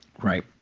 Right